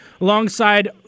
alongside